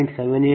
02120